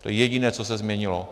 To je jediné, co se změnilo.